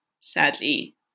sadly